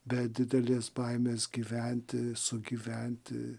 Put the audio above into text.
be didelės baimės gyventi sugyventi